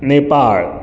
Nepal